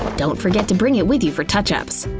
don't forget to bring it with you for touchups.